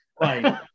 right